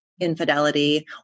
infidelity